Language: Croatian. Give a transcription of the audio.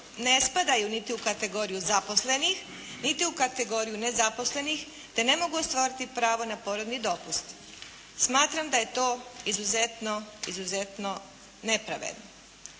ne spadaju niti u kategoriju zaposlenih, niti u kategoriju nezaposlenih, te ne mogu ostvariti pravo na porodni dopust. Smatram da je to izuzetno, izuzetno nepravedno.